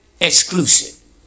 exclusive